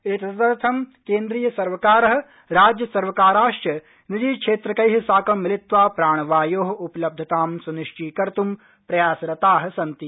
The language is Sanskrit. एतदर्थं केन्द्रीय सर्वकारः राज्यसर्वकाराश्च निजीक्षेत्रकैः साकं मिलित्वा प्राणवायोः उपलब्धतां सुनिश्चीकत्ी प्रयासरताः सन्ति